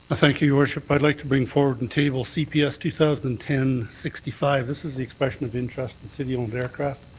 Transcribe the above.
thank you, your worship. i'd like to bring forward and table cps two thousand and ten sixty five. thithis is the expression of interest in city-owned aircraft.